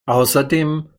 außerdem